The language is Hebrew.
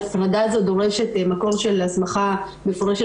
ההפרדה הזו דורשת מקור של הסמכה מפורשת